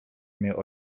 miał